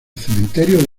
cementerio